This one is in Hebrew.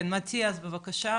כן, מטיאס בבקשה,